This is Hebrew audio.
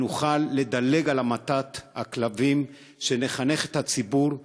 שנוכל לדלג על המתת הכלבים, שנחנך את הציבור.